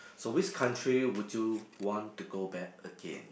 so which country would you want to go back again